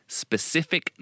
specific